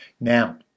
Now